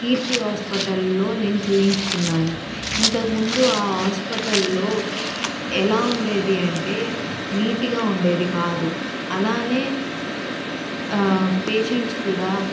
కీర్తి హాస్పిటల్లో నేను చూపించుకున్నాను ఇంతకుముందు ఆ హాస్పిటల్లో ఎలా ఉండేది అంటే నీట్గా ఉండేది కాదు అలాగే పేషెంట్స్ కూడా